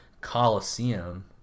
coliseum